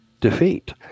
defeat